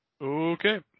Okay